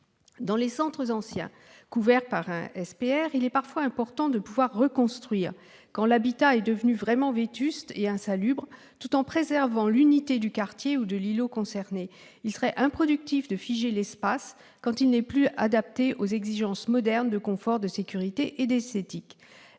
Dans les centres anciens couverts par un SPR, il est parfois important de pouvoir reconstruire, quand l'habitat est devenu vraiment vétuste et insalubre, tout en préservant l'unité du quartier ou de l'îlot concerné. Il serait improductif de figer l'espace quand il n'est plus adapté aux exigences modernes de confort, de sécurité et d'esthétique.